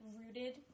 rooted